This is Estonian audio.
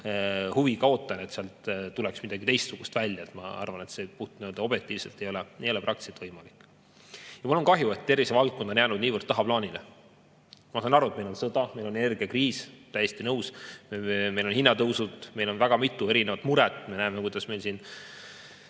siis tuleb sealt midagi teistsugust välja, aga ma arvan, et puhtobjektiivselt ei ole see võimalik. Mul on kahju, et tervisevaldkond on jäänud nii tagaplaanile. Ma saan aru, et meil on sõda, meil on energiakriis, täiesti nõus. Meil on hinnatõusud, meil on väga mitu erinevat muret. Me näeme, kuidas meil siin